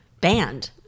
banned